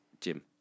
Jim